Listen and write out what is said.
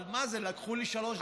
אבל מה זה, לקחו לי שלוש דקות.